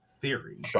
theory